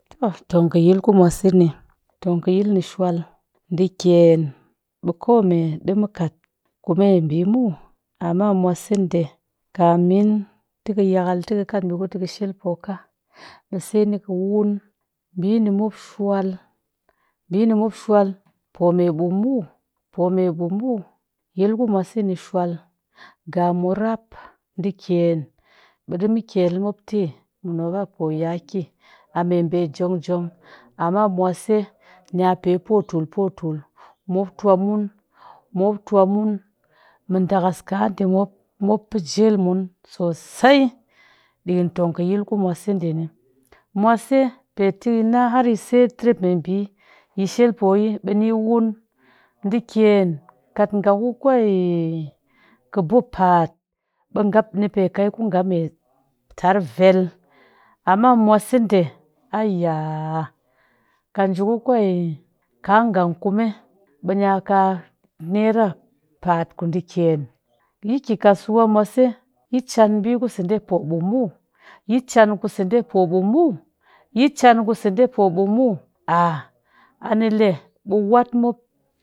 Too tongkɨyil ku mwaseni tongkɨyil ni shwal, ɗiikyen ɓee kome ɗii mu kat kumeɓii muw amma mwaseɗe kamin tɨ kɨyakal tɨ kɨ kat ɓii tɨ kashel pooka ɓeese nikɨ wuun. Ɓii ni mop shwal, ɓii ni mop shwal pome ɓuum muw, pome ɓuum muw yil ku mase ni shwal ga muraap, ɗiikyen ɓee ɗii mukyel mopti muraap poyaki a meɓee jong jong amma mwase nya pe potul potul mop twa mun mop twa mun mɨ dakas kaɗe mop mop pee njel mun sosai, ɗiikɨn tongkɨyil kumwase ɗee ni. mwase pe ti na haryi set rep meɓii ɓee ni wuun, ɗiikyen kat nga ku kwe kobo paat ɓee'nga ni pe kai ngu nga me tar vel amma mwaseɗee ayaaaa kat nji ku kwe kangang kume nya ka naira paat kuɗiikyen. Yi ki kasuwa mwase yi chan ɓiikuseɗe poɓuum muw, yi chan kuseɗe poɓuum muw yi chan kuseɗe poɓuum muw a anile ɓee wat mop